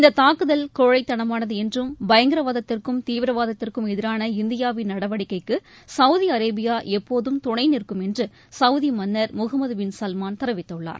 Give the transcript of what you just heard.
இந்தத் தாக்குதல் கோழைத்தனமானது என்றும் பயங்கரவாதத்திற்கும் தீவிரவாதத்திற்கும் எதிரான இந்தியாவின் நடவடிக்கைக்கு சவுதி அரேபியா எப்போதும் துணை நிற்கும் என்று சவுதி மன்னர் முகமது பின் சல்மான் தெரிவித்துள்ளார்